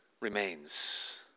remains